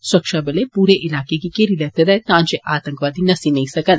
सुरक्षा बलें पूरे इलके गी घेरी लैते दा ऐ तां जे आतंकवादी नस्सी नेई सकन